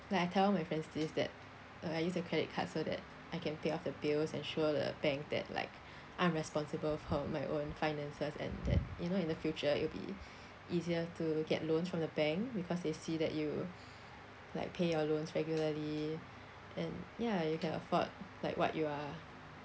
like I tell my friends this that uh I use a credit card so that I can pay off the bills and show the bank that like I'm responsible for my own finances and that you know in the future it'll be easier to get loans from the bank because they see that you like pay your loans regularly and ya you can afford like what you are